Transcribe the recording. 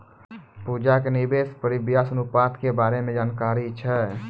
पूजा के निवेश परिव्यास अनुपात के बारे मे जानकारी छै